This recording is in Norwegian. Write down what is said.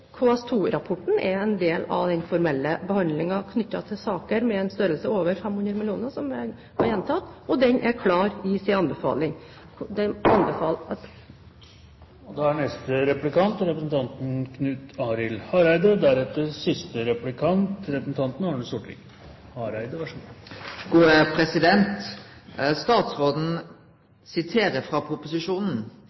er en del av den formelle behandlingen knyttet til saker med en størrelse over 500 mill. kr, og, som jeg har gjentatt, den er klar i sin anbefaling.